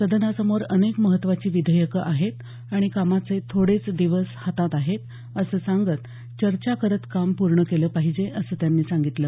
सदनासमोर अनेक महत्त्वाची विधेयकं आहेत आणि कामाचे थोडेच दिवस हातात आहेत असं सांगत चर्चा करत काम पूर्ण केलं पाहिजे असं त्यांनी सांगितलं